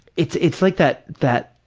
it's it's like that that